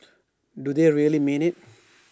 do they really mean IT